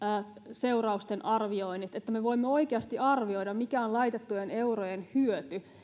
seurausten arvioinnit että me voimme oikeasti arvioida mikä on laitettujen eurojen hyöty